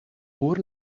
pur